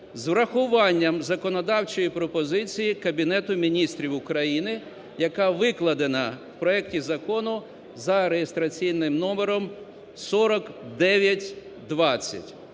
з урахуванням законодавчої пропозиції Кабінету Міністрів України, яка викладена в проекті закону (за реєстраційним номером 4920).